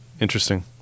interesting